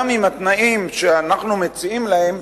גם אם בתנאים שאנחנו מציעים להם,